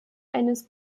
eines